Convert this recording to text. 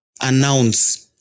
announce